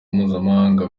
mpuzamahanga